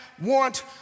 want